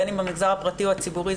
בין אם במגזר הפרטי או הציבורי,